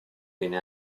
viene